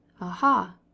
Aha